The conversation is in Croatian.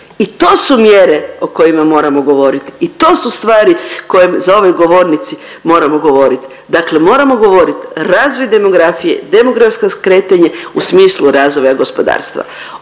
I to su mjere o kojima moramo govorit i to su stvari koje za ovoj govornici moramo govorit. Dakle moramo govorit razvoj demografije, demografska kretanja u smislu razvoja gospodarstva.